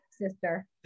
sister